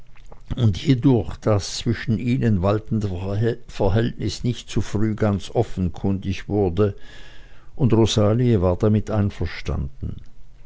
und hiedurch das zwischen ihnen waltende verhältnis nicht zu früh ganz offenkundig wurde und rosalie war damit einverstanden